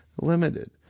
limited